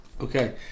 Okay